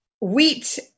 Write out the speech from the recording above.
Wheat